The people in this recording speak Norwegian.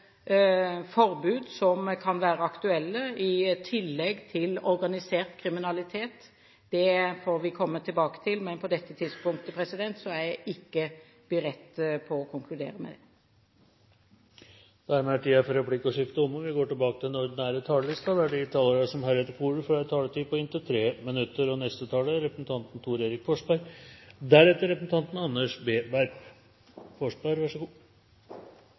forbud som kan være aktuelle i tillegg til organisert kriminalitet, får vi komme tilbake til, men på dette tidspunktet er jeg ikke beredt til å konkludere med det. Replikkordskiftet er dermed omme. De talerne som heretter får ordet, har en taletid på inntil 3 minutter. Fattigdom er vanskelig, av og til lukter den. Den ser ikke spesielt ren ut. De aller færreste synes det er